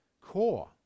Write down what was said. core